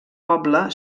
poble